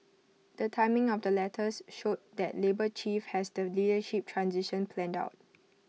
the timing of the letters showed that labour chief has the leadership transition planned out